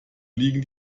liegen